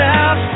out